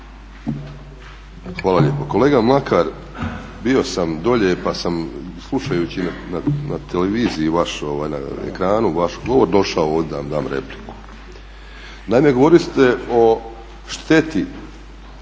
Hvala lijepa. Kolega Mlakar, bio sam dolje pa sam slušao na televiziju, na ekranu vaš govor došao ovdje da vam dam repliku. Naime, govorili ste o šteti